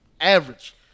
Average